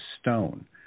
stone